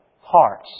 hearts